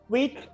Wait